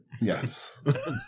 yes